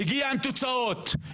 בנה תוכניות והראה תוצאות.